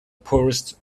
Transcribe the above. poorest